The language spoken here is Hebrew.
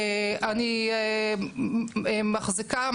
אני מחזיקה,